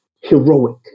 heroic